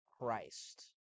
Christ